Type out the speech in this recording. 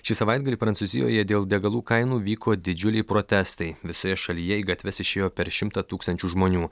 šį savaitgalį prancūzijoje dėl degalų kainų vyko didžiuliai protestai visoje šalyje į gatves išėjo per šimtą tūkstančių žmonių